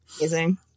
Amazing